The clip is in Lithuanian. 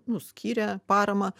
nu skyrė paramą